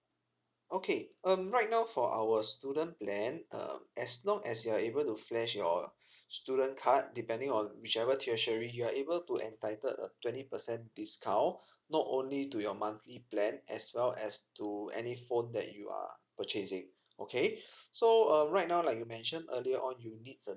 okay um right now for our student plan um as long as you're able to flash your student card depending on whichever tertiary you are able to entitled a twenty percent discount not only to your monthly plan as well as to any phone that you are purchasing okay so um right now like you mentioned earlier on you did a